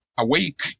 awake